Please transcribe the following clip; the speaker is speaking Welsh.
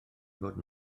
fod